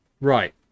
Right